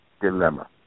dilemma